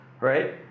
right